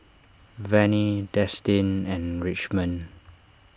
Vannie Destin and Richmond